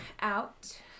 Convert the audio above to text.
out